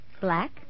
Black